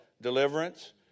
deliverance